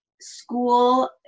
school